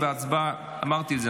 של